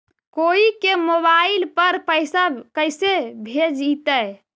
कोई के मोबाईल पर पैसा कैसे भेजइतै?